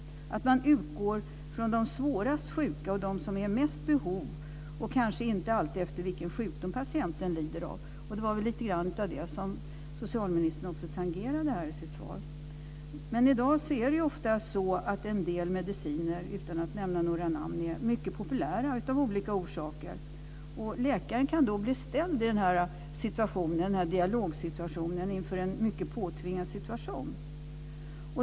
Man borde utgå från de svårast sjuka och dem som är i mest behov av hjälp, och kanske inte alltid från vilken sjukdom patienten lider av. Det var väl lite grann av det som socialministern tangerade i sitt svar. Men i dag är det ofta så att en del mediciner, utan att nämna några namn, är mycket populära av olika orsaker. Läkaren kan då bli ställd inför en mycket påtvingad situation i den här dialogen.